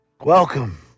Welcome